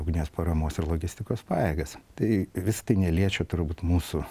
ugnies paramos ir logistikos pajėgas tai visa tai neliečia turbūt mūsų